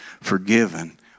forgiven